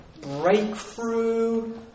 breakthrough